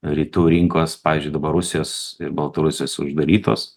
rytų rinkos pavyzdžiui dabar rusijos ir baltarusijos uždarytos